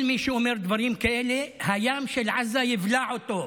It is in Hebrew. כל מי שאומר דברים כאלה, הים של עזה יבלע אותו.